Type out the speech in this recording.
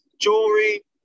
Jewelry